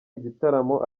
igitaramo